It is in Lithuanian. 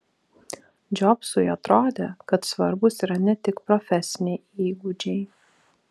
džobsui atrodė kad svarbūs yra ne tik profesiniai įgūdžiai